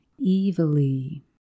evilly